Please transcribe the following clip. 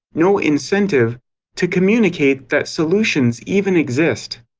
no incentive to communicate that solutions even exist.